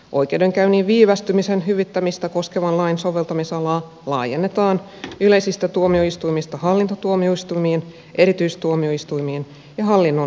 oikeudenkäynnin viivästymisen hyvittämistä koskevan lain soveltamisalaa laajennetaan yleisistä tuomioistuimista hallintotuomioistuimiin erityistuomioistuimiin ja hallinnon muutoksenhakulautakuntiin